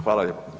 Hvala lijepo.